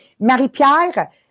Marie-Pierre